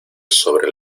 sobre